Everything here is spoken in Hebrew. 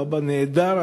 או האבא נעדר,